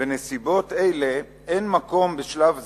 "בנסיבות אלה אין מקום, בשלב זה,